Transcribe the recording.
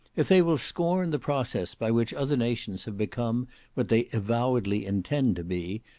if they will scorn the process by which other nations have become what they avowedly intend to be,